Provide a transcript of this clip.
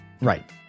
right